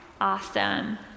Awesome